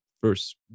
first